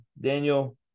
daniel